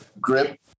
grip